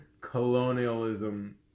colonialism